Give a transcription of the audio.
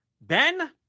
Ben